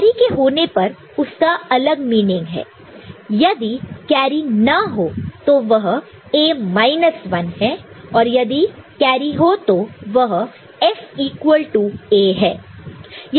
carry के होने पर उसका अलग मीनिंग है यदि कैरी ना हो तो वह A माइनस 1 है और यदि कैरी हो तो वह F इक्वल टू A है